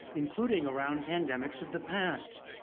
including around pandemics of the past.